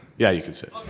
yeah you can sit.